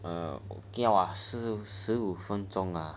mm okay !wah! 十十五分钟